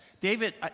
David